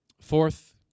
Fourth